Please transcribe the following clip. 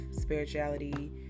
spirituality